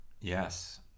Yes